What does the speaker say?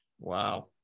Wow